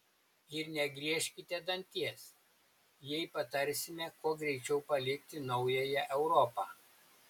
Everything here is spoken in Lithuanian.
ir negriežkite danties jei patarsime kuo greičiau palikti naująją europą